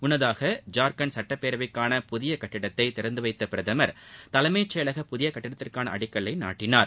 முன்னதாக ஜார்க்கண்ட் சட்டப்பேரவைக்கான புதிய கட்டிடத்தை திறந்து வைத்த பிரதமர் தலைஎமச் செயலக புதிய கட்டிடத்திற்கான அடிக்கல்லை நாட்டினார்